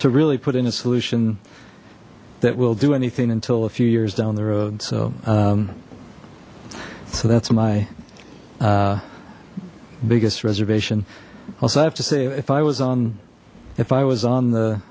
to really put in a solution that will do anything until a few years down the road so that's my biggest reservation also i have to say if i was on if i was on the